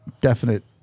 Definite